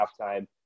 halftime